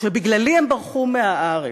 שבגללי הם ברחו מהארץ.